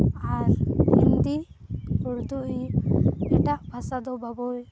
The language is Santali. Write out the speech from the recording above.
ᱟᱨ ᱦᱤᱱᱫᱤ ᱩᱨᱫᱩᱜ ᱮᱴᱟᱜ ᱵᱷᱟᱥᱟ ᱫᱚ ᱵᱟᱵᱚᱱ